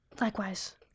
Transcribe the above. Likewise